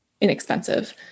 inexpensive